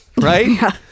Right